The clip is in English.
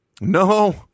No